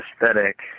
aesthetic